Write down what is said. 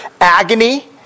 agony